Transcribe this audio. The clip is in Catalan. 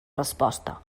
resposta